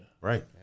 Right